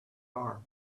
car